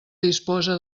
disposa